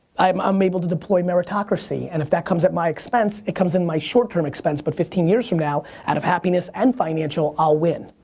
i'm i'm able to deploy meritocracy. and if that comes in my expense, it comes in my short term expense. but fifteen years from now out of happiness and financial, i'll win.